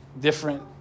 different